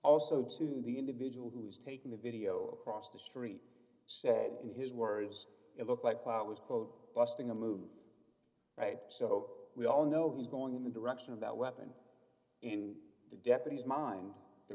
also to the individual who is taking the video across the street said in his words it looked like quote was quote busting a move right so we all know he's going in the direction of that weapon in the deputy's mind the